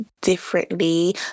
differently